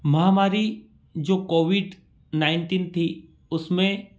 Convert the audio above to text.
महामारी जो Covid nineteen थी उसमें